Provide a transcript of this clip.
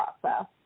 process